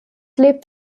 lebt